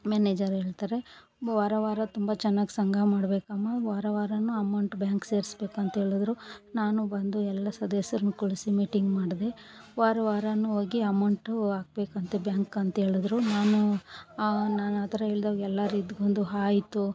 manager ಹೇಳ್ತಾರೆ ವಾರ ವಾರ ತುಂಬ ಚೆನ್ನಾಗ್ ಸಂಘ ಮಾಡಬೇಕಮ್ಮ ವಾರ ವಾರ ಅಮೌಂಟ್ ಬ್ಯಾಂಕ್ ಸೇರಿಸ್ಬೇಕು ಅಂತೇಳಿದ್ರು ನಾನು ಬಂದು ಎಲ್ಲ ಸದಸ್ಯರನ್ನು ಕೂರ್ಸಿ ಮೀಟಿಂಗ್ ಮಾಡಿದೆ ವಾರ ವಾರ ಹೋಗಿ ಅಮೌಂಟು ಹಾಕ್ಬೇಕಂತೆ ಬ್ಯಾಂಕ್ ಅಂತೇಳಿದ್ರು ನಾನು ನಾನು ಆ ಥರ ಹೇಳ್ದಾಗ್ ಎಲ್ಲರು ಎದ್ದು ಬಂದು ಆಯ್ತು